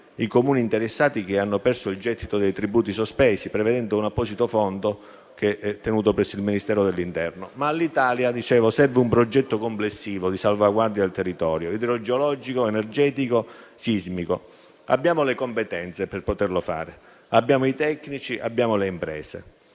i Comuni interessati che hanno perso il gettito dei tributi sospesi, prevedendo un apposito fondo tenuto presso il Ministero dell'interno. All'Italia, però, serve un progetto complessivo di salvaguardia del territorio sul piano idrogeologico, energetico e sismico. Abbiamo le competenze per poterlo fare. Abbiamo i tecnici e abbiamo le imprese.